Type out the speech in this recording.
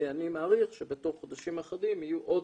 אני מעריך שבתוך חודשים אחדים יהיו עוד